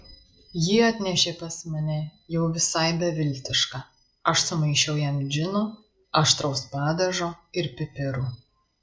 jį atnešė pas mane jau visai beviltišką aš sumaišiau jam džino aštraus padažo ir pipirų